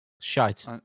Shite